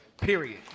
period